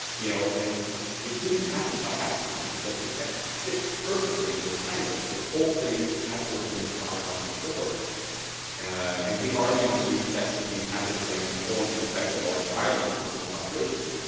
you know, and it didn't happen by accident that the texts fits perfectly in those triangles. this whole thing had to have been tried out before and he argues in these texts that the inhabited lands form an effective large island surrounded by the ocean.